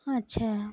اچھا